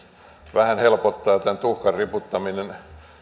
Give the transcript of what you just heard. vähän helpottaa tämän tuhkan ripottaminen